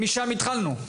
משם התחלנו.